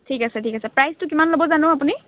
ঠিক আছে ঠিক আছে প্ৰাইচটো কিমান ল'ব জানো আপুনি